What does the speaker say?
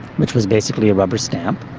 which was basically a rubber stamp,